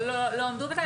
לא עמדו בזה.